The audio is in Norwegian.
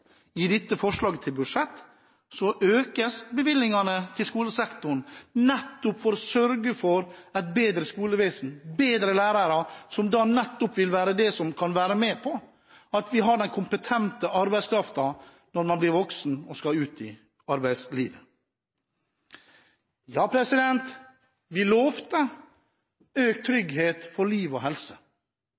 i dette forslaget til budsjett økes bevilgningene til skolesektoren for å sørge for et bedre skolevesen, bedre lærere, som nettopp vil være det som kan være med på å gjøre dem som snart er voksne og skal ut i arbeidslivet, til kompetent arbeidskraft. Vi lovte økt trygghet for liv og helse.